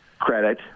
credit